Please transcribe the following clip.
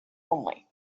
only